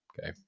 okay